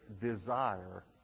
desire